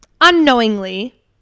unknowingly